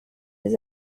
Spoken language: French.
les